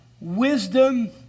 wisdom